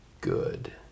good